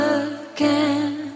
again